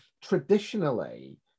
traditionally